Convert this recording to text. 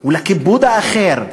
ולכיבוד האחר.